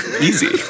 Easy